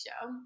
show